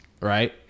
right